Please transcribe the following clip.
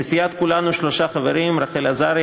לסיעת כולנו שלושה חברים: רחל עזריה,